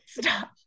stop